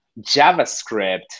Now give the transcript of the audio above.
JavaScript